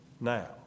now